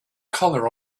color